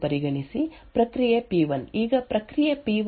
If the bit is equal to 1 then you load A P1 else load B P1